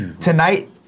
Tonight